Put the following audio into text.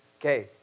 Okay